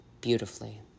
beautifully